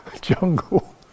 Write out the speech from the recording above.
Jungle